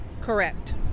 Correct